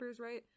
right